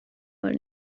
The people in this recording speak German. mal